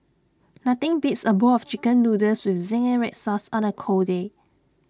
nothing beats A bowl of Chicken Noodles with Zingy Red Sauce on A cold day